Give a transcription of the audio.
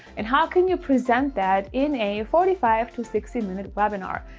and how can you present that in a forty five to sixty minute webinar?